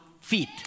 feet